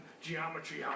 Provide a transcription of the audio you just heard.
geometry